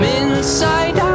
inside